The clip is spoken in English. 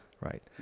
Right